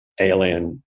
alien